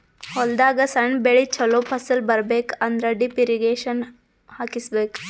ಹೊಲದಾಗ್ ಸಣ್ಣ ಬೆಳಿ ಚೊಲೋ ಫಸಲ್ ಬರಬೇಕ್ ಅಂದ್ರ ಡ್ರಿಪ್ ಇರ್ರೀಗೇಷನ್ ಹಾಕಿಸ್ಬೇಕ್